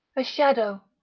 a shadow,